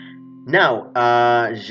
now